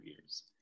years